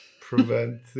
prevent